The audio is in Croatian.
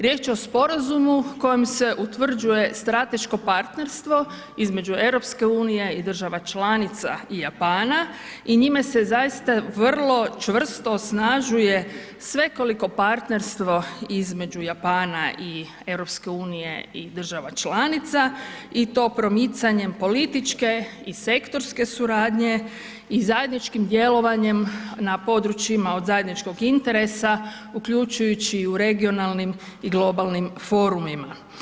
Riječ je o sporazumu kojim se utvrđuje strateško partnerstvo između EU-a i država članica i Japana i njime se zaista vrlo čvrsto osnažuje svekoliko partnerstvo između Japana i EU-a i država članica i to promicanjem političke i sektorske suradnje i zajedničkim djelovanjem na područjima od zajedničkog interesa uključujući i u regionalnim i globalnim forumima.